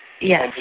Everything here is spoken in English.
Yes